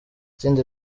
tsinda